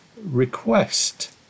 request